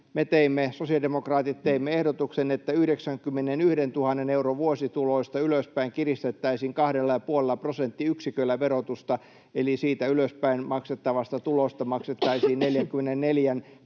sosiaalidemokraatit teimme ehdotuksen, että 91 000 euron vuosituloista ylöspäin kiristettäisiin 2,5 prosenttiyksiköllä verotusta, eli siitä ylöspäin maksettavasta tulosta maksettaisiin 44,25